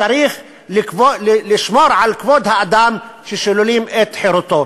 צריך לשמור על כבוד האדם כששוללים את חירותו.